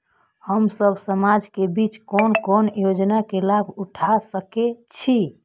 हम सब समाज के बीच कोन कोन योजना के लाभ उठा सके छी?